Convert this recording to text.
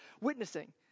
witnessing